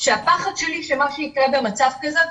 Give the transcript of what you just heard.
והפחד שלי הוא שמה שיקרה במצב כזה,